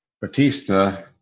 Batista